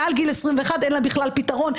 מעל גיל 21 אין לה בכלל פתרון,